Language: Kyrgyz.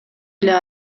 эле